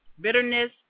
bitterness